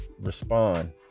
respond